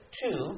two